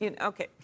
Okay